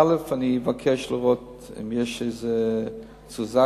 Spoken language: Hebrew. אבקש לראות אם יש איזו תזוזה,